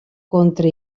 contra